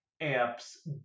amps